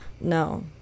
No